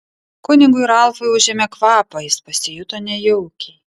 kunigui ralfui užėmė kvapą jis pasijuto nejaukiai